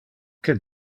que